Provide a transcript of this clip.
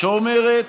שאומרת